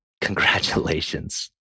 congratulations